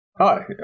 hi